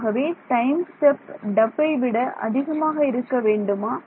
ஆகவே time step tau ஐ விட அதிகமாக இருக்க வேண்டுமா